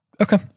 Okay